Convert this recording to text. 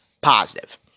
positive